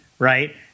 Right